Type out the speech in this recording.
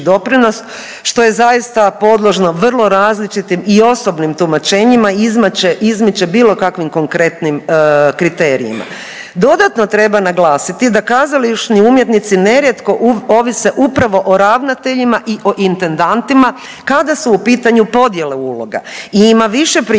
doprinos što je zaista podložno vrlo različitim i osobnim tumačenjima izmiče bilo kakvim konkretnim kriterijima. Dodatno treba naglasiti da kazališni umjetnici nerijetko ovise upravo o ravnateljima i o intendantima kada su u pitanju podjele uloga. I ima više primjera